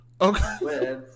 Okay